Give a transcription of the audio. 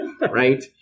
right